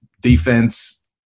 defense